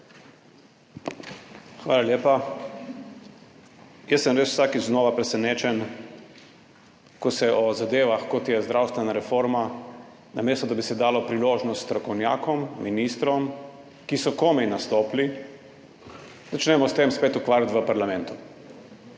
Hvala lepa. Jaz sem res vsakič znova presenečen, ko se z zadevami, kot je zdravstvena reforma, namesto da bi se dalo priložnost strokovnjakom, ministrom, ki so komaj nastopili, začnemo spet ukvarjati v parlamentu.